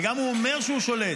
אבל הוא גם אומר שהוא שולט,